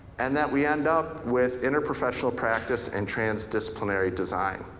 and that we end up with interprofessional practice and transdisciplinary design.